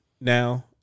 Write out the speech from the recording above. now